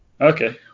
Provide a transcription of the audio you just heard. Okay